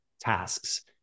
tasks